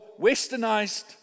westernized